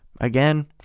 Again